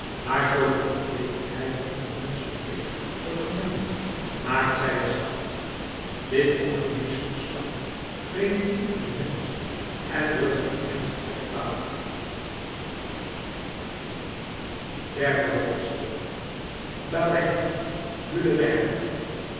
maar zoo de onwetendheid onder het menschelijk deeg wordt gemengd maakt zij het zwart dit ongeneeslijk zwart vreet diep in den mensch en wordt in hem het kwaad derde hoofdstuk babet